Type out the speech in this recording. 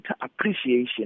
appreciation